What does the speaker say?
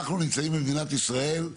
אנחנו נמצאים במדינת ישראל,